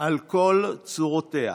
על כל צורותיה,